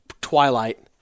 twilight